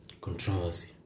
controversy